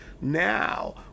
now